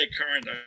current